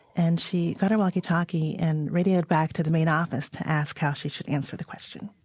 and she got her walkie-talkie and radioed back to the main office to ask how she should answer the question